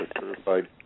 certified